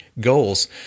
goals